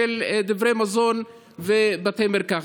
דברי מזון ובתי מרקחת.